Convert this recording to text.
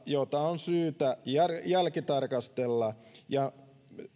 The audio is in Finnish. jota on syytä jälkitarkastella ja